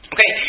Okay